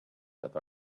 that